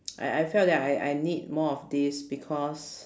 I I felt that I I need more of this because